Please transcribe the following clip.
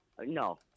no